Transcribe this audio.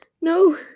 No